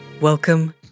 welcome